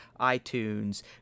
iTunes